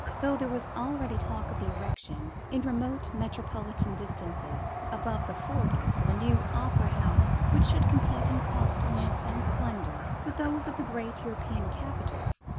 though there was already talk of the erection, in remote metropolitan distances above the forties, of a new opera house which should compete in costliness and splendour with those of the great european capitals,